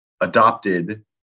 adopted